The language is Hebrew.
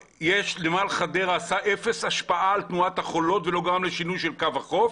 נמל חדרה עשה אפס השפעה על תנועת החולות ולא גרם לשינוי של קו החוף.